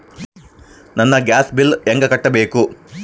ನನ್ನ gas bill ಹೆಂಗ ಕಟ್ಟಬೇಕು?